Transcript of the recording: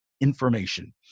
information